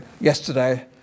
yesterday